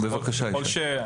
אני